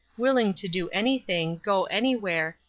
willing to do anything, go anywhere,